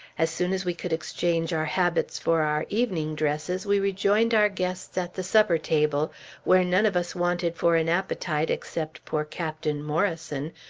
as soon as we could exchange our habits for our evening dresses, we rejoined our guests at the supper-table, where none of us wanted for an appetite except poor captain morrison,